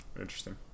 Interesting